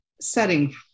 setting